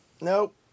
Nope